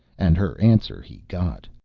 and her answer he got.